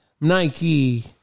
Nike